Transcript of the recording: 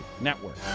network